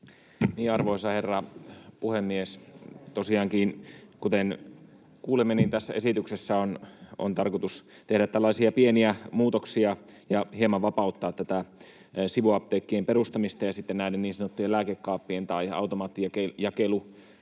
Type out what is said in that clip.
Arvoisa herra puhemies! Tosiaankin, kuten kuulimme, tässä esityksessä on tarkoitus tehdä tällaisia pieniä muutoksia ja hieman vapauttaa tätä sivu- apteekkien perustamista ja näiden niin sanottujen lääkekaappien tai automaattijakelulaitteistojen